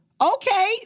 okay